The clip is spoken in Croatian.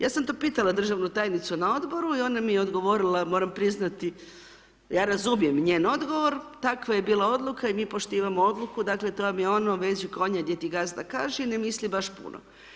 Ja sam to pitala državnu tajnicu na Odboru i ona mi je odgovorila, moram priznati, ja razumijem njen odgovor, takva je bila odluka i mi poštivamo odluku, dakle, to je ono veži konje gdje ti gazda kaže i ne misli baš puno.